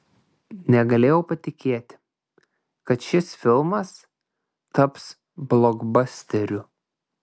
negalėjau patikėti kad šis filmas taps blokbasteriu